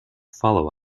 follow